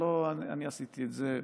לא אני עשיתי את זה,